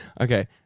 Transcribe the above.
Okay